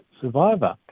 survivor